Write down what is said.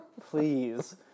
Please